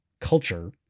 culture